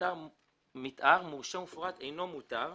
מתאר המאושרת במפורט אינו מותר".